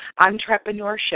entrepreneurship